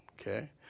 Okay